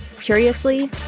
Curiously